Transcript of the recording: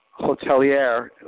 hotelier